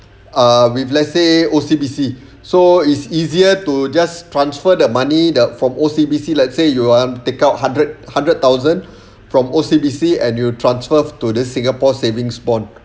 ah with let's say O_C_B_C so it's easier to just transfer the money the from O_C_B_C let's say you want take out hundred hundred thousand from O_C_B_C and you transfer to this singapore savings bond